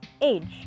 age